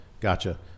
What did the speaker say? gotcha